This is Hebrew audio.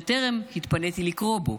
שטרם התפניתי לקרוא בו,